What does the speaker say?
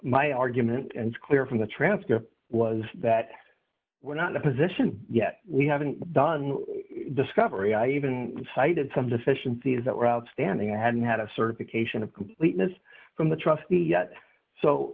my argument and clear from the transcript was that we're not the position yet we haven't done discovery i even cited some deficiencies that were outstanding i hadn't had a certification of completeness from the trustee yet so